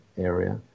area